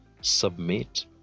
submit